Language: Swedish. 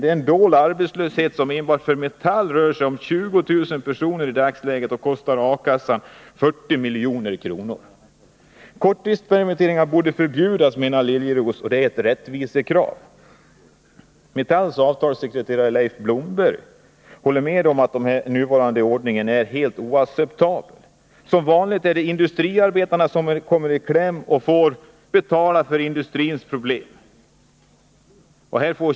Det är en dold arbetslöshet som enbart för Metall i dagsläget berör 20 000 personer och kostar A-kassan 40 milj.kr. Korttidspermitteringar borde förbjudas, menar Ingvar Liljeroos. Och det är ett rättvisekrav. Metalls avtalssekreterare Leif Blomberg håller med om att den nuvarande ordningen är helt oacceptabel. Som vanligt är det industriarbetarna som kommer i kläm och får betala för industrins problem.